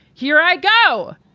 here i go.